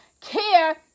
care